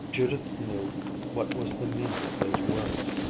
judith knew what was the meaning of those words.